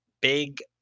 big